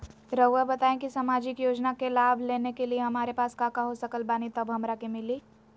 रहुआ बताएं कि सामाजिक योजना के लाभ लेने के लिए हमारे पास काका हो सकल बानी तब हमरा के मिली?